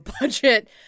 budget